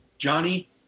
Johnny